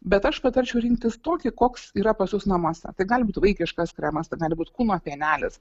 bet aš patarčiau rinktis tokį koks yra pas jus namuose tai gali būt vaikiškas kremas tai gali būt kūno pienelis